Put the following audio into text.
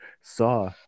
saw